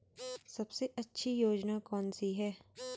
सबसे अच्छी योजना कोनसी है?